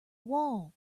wall